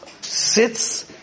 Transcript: sits